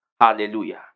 Hallelujah